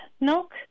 milk